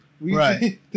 Right